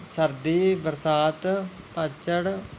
ਸਰਦੀ ਬਰਸਾਤ ਪੱਤਝੜ